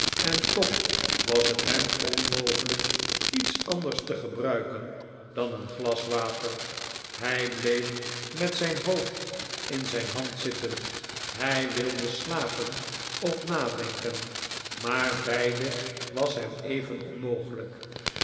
en toch was het hem onmogelijk iets anders te gebruiken dan een glas water hij bleef met zijn hoofd in zijn hand zitten hij wilde slapen of nadenken maar beide was hem even onmogelijk